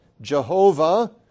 Jehovah